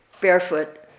barefoot